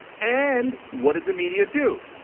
and what did the media do?